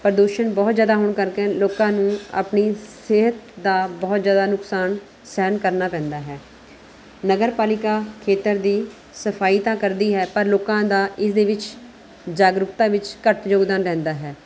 ਪ੍ਰਦੂਸ਼ਣ ਬਹੁਤ ਜ਼ਿਆਦਾ ਹੋਣ ਕਰਕੇ ਲੋਕਾਂ ਨੂੰ ਆਪਣੀ ਸਿਹਤ ਦਾ ਬਹੁਤ ਜ਼ਿਆਦਾ ਨੁਕਸਾਨ ਸਹਿਣ ਕਰਨਾ ਪੈਂਦਾ ਹੈ ਨਗਰਪਾਲਿਕਾ ਖੇਤਰ ਦੀ ਸਫਾਈ ਤਾਂ ਕਰਦੀ ਹੈ ਪਰ ਲੋਕਾਂ ਦਾ ਇਸਦੇ ਵਿੱਚ ਜਾਗਰੂਕਤਾ ਵਿੱਚ ਘੱਟ ਯੋਗਦਾਨ ਰਹਿੰਦਾ ਹੈ